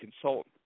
consultant